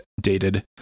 dated